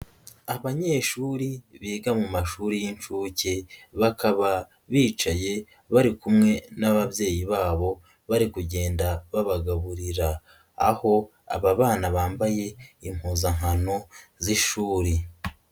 Abanyeshuri biga mu mashuri y'inshuke, bakaba bicaye bari kumwe n'ababyeyi babo, bari kugenda babagaburira, aho aba bana bambaye impuzankano z'ishuri.